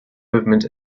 movement